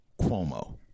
Cuomo